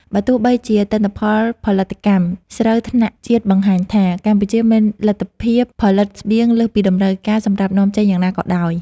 បើទោះបីជាទិន្នន័យផលិតកម្មស្រូវថ្នាក់ជាតិបង្ហាញថា កម្ពុជាមានលទ្ធភាពផលិតស្បៀងលើសពីតម្រូវការសម្រាប់នាំចេញយ៉ាងណាក៏ដោយ។